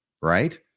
right